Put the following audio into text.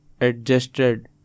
adjusted